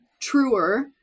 truer